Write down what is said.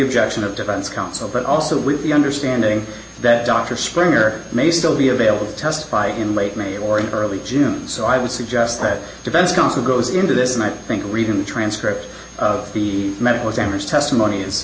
objection of defense counsel but also with the understanding that dr springer may still be available to testify in late may or early june so i would suggest that defense counsel goes into this and i think reading the transcript of the medical examiner's testimony is